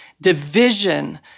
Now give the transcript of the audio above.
division